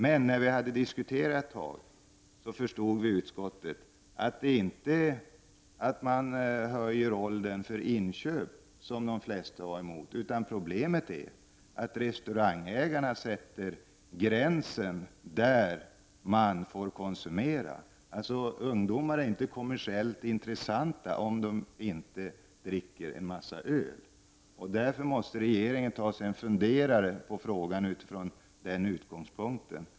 Men när vi hade diskuterat en stund förstod vi i utskottet att det inte var höjningen av åldersgränsen för inköp av alkohol som de flesta var emot, utan problemet var att restaurangägarna sätter åldersgränsen vid vilken ungdomarna får konsumera alkohol. Ungdomarna är alltså inte kommersiellt intressanta om de inte dricker en massa öl. Därför måste regeringen fundera över frågan från denna utgångspunkt.